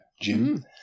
Jim